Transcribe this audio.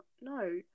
no